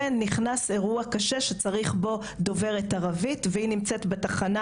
ונכנס אירוע קשה שצריך בו דוברת ערבית והיא נמצאת בתחנה,